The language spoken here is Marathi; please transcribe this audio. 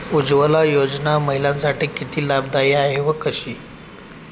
उज्ज्वला योजना महिलांसाठी किती लाभदायी आहे व कशी?